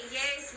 yes